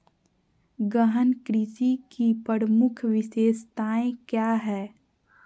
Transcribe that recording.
गहन कृषि की प्रमुख विशेषताएं क्या है?